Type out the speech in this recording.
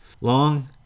long